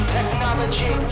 Technology